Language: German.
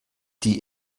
die